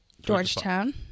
Georgetown